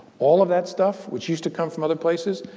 all of that stuff, which used to come from other places,